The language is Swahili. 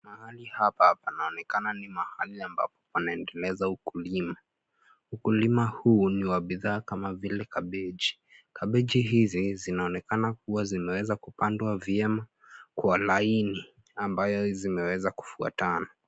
Mahali hapa panaonekana ni mahali ambapo panaendeleza ukulima. Ukulima huu ni wa bidhaa kama vile kabeji. Kabeji hizi zinaonekana kuwa zimeweza kupandwa vyema kwa laini ambayo zimeweza kufuatana.